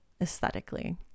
aesthetically